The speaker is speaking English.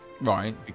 right